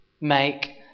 Make